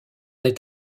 est